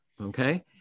Okay